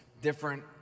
different